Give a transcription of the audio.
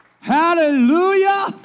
Hallelujah